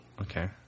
Okay